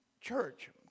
church